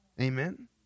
Amen